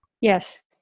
Yes